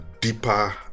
deeper